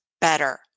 better